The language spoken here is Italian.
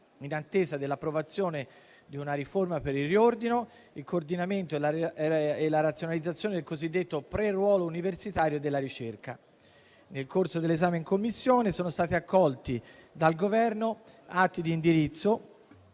in attesa dell'approvazione di una riforma per il riordino, il coordinamento e la razionalizzazione del cosiddetto pre-ruolo universitario e della ricerca. Nel corso dell'esame in Commissione sono stati accolti dal Governo atti di indirizzo